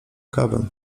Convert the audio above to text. kawę